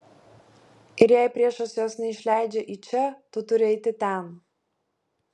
ir jei priešas jos neišleidžia į čia tu turi eiti ten